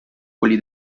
quelli